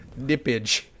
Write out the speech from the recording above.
nippage